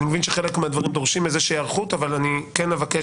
אני מבין שחלק מהדברים דורשים איזושהי היערכות אבל אני כן אבקש